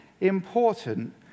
important